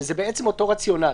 שזה בעצם אותו רציונל.